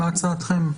מה הצעתכם?